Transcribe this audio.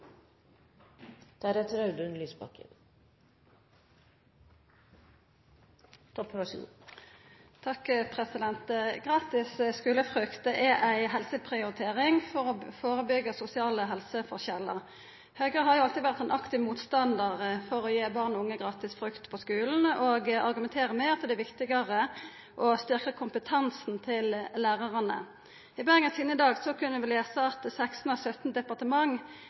Gratis skulefrukt er ei helseprioritering for å førebyggja sosiale helseforskjellar. Høgre har alltid vore ein aktiv motstandar av å gi barn og unge gratis frukt på skulen og argumenterer med at det er viktigare å styrkja kompetansen til lærarane. I Bergens Tidende i dag kunne vi lesa at 17 av 18 departement